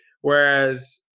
whereas